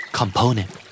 component